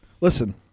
Listen